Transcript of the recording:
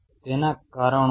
તેના કારણો છે